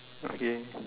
okay